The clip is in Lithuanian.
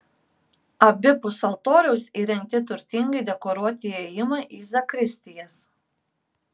abipus altoriaus įrengti turtingai dekoruoti įėjimai į zakristijas